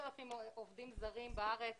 כ-5,000 עובדים זרים בארץ